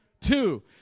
Two